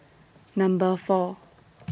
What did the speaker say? Number four